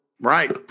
right